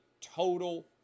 total